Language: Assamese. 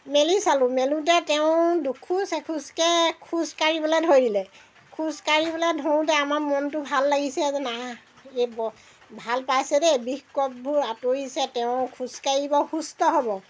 মেলি চালোঁ মেলোঁতে তেওঁ দুখোজ এখোজকৈ খোজকাঢ়িবলৈ ধৰিলে খোজকাঢ়িবলৈ ধৰোঁতে আমাৰ মনটো ভাল লাগিছে যে নাই এই ব ভাল পাইছে দেই বিষ কোষবোৰ আঁতৰিছে তেওঁ খোজকাঢ়িব সুস্থ হ'ব